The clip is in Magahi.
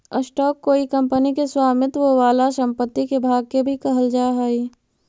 स्टॉक कोई कंपनी के स्वामित्व वाला संपत्ति के भाग के भी कहल जा हई